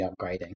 upgrading